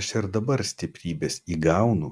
aš ir dabar stiprybės įgaunu